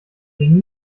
den